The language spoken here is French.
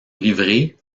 livrée